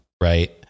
right